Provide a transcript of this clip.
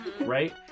right